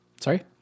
Sorry